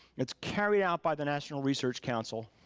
it's carried out by the national research council.